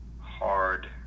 hard